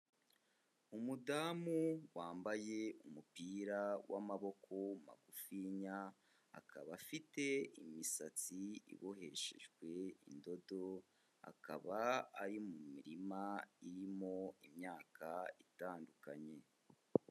Umudamu wambaye umupira w'amaboko magufiya akaba afite imisatsi iboheshejwe indodo, akaba ari mu mirima irimo imyaka itandukanye.